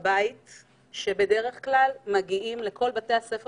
נמצאים היום בבית כאשר בזמן רגיל הם הגיעו לבתי הספר